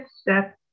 step